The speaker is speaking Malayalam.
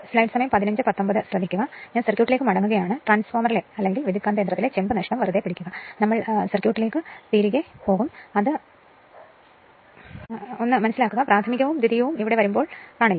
ഞാൻ 1 സർക്യൂട്ടിലേക്ക് മടങ്ങുകയാണ് ട്രാൻസ്ഫോർമറിലെ ചെമ്പ് നഷ്ടം അത് വരയ്ക്കുന്നതിന് പകരം ഗ്രഹിക്കുക പ്രാഥമികവും ദ്വിതീയവും ഇവിടെ കാണാം